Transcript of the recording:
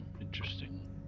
Interesting